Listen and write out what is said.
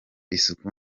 isuku